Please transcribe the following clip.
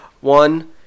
one –